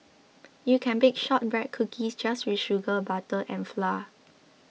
you can bake Shortbread Cookies just with sugar butter and flour